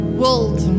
world